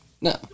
no